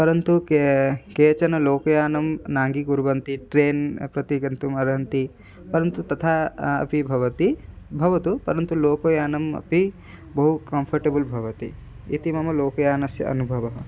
परन्तु के केचन लोकयानं नाङ्गीकुर्वन्ति ट्रेन् प्रति गन्तुमर्हन्ति परन्तु तथा अपि भवति भवतु परन्तु लोकयानम् अपि बहु कम्फ़र्टेबल् भवति इति मम लोकयानस्य अनुभवः